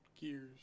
Gears